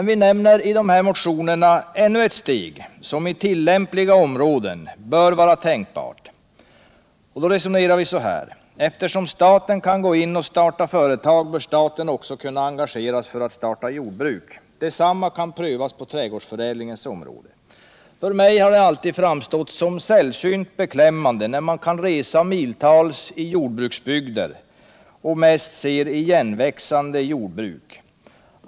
Vi anvisar i dessa motioner ännu en väg som i tillämpliga områden bör vara tänkbar. Vi resonerar därvid så här: Eftersom staten kan gå in och starta företag bör staten också engageras för att starta jordbruk. Detsamma kan prövas på trädgårdsförädlingens område. För mig har det alltid framstått som sällsynt beklämmande att man kan resa miltals genom goda jordbruksbygder och mest se igenväxande jordbruk.